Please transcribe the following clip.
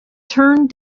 turned